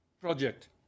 Project